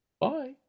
Bye